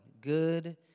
good